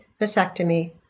vasectomy